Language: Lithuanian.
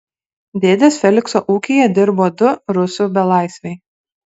dėdės felikso ūkyje dirbo du rusų belaisviai